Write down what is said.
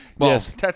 Yes